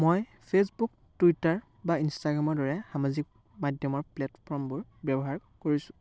মই Facebook Twitter বা ইনষ্টাগ্ৰামৰ দৰে সামাজিক মাধ্যমৰ প্লেটফৰ্মবোৰ ব্যৱহাৰ কৰিছোঁ